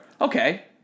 Okay